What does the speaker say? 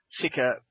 thicker